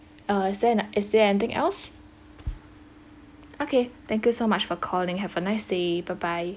uh is there n~ is there anything else okay thank you so much for calling have a nice day bye bye